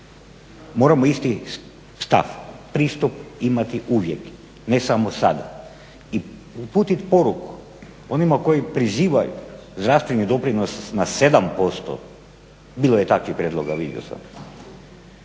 moramo isti stav, pristup imati uvijek ne samo sada i uputiti poruku onima koji prizivaju zdravstveni doprinos na 7%, bilo je takvih prijedloga vidio sam,